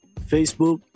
Facebook